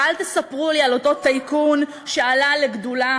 ואל תספרו לי על אותו טייקון שעלה לגדולה